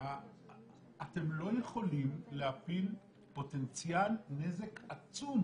אתם לא יכולים להפיל פוטנציאל נזק עצום